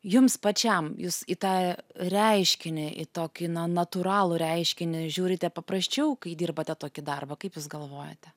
jums pačiam jūs į tą reiškinį į tokį natūralų reiškinį žiūrite paprasčiau kai dirbate tokį darbą kaip jūs galvojate